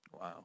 Wow